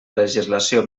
legislació